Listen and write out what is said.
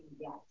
Yes